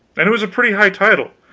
and it was a pretty high title.